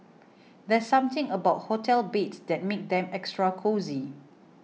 there's something about hotel beds that makes them extra cosy